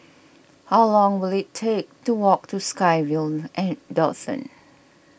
how long will it take to walk to SkyVille at Dawson